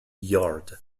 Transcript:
yard